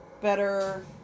better